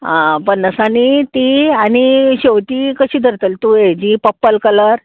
आं पन्नासांनी तीं आनी शेवतीं कशी धरतली तूं हेजी पप्पल कलर